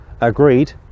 agreed